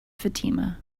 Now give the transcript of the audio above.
fatima